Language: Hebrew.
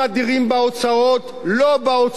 לא בהוצאות שהולכות לשכר המורים,